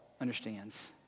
understands